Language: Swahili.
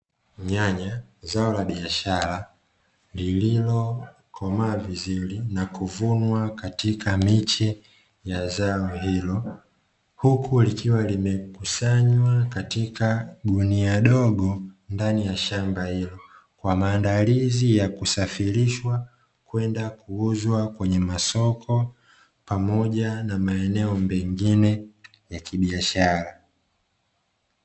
Nyanya zao la biashara lililo komaa vizuri na kuvunwa katika miche ya zao hilo, huku likiwa limekusanywa katika gunia dogo ndani ya shamba hilo kwa maandalizi ya kusafirishwa kwenda kuuzwa kwenye masoko pamoja na maeneo mengine ya kibiashara.